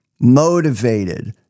motivated